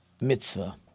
mitzvah